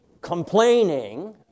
complaining